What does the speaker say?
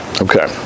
Okay